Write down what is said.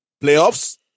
playoffs